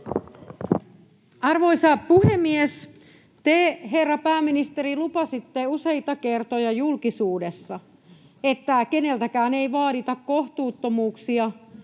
Arvoisa puhemies! Te, herra pääministeri, lupasitte useita kertoja julkisuudessa, että keneltäkään ei vaadita kohtuuttomuuksia,